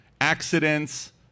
accidents